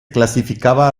clasificaba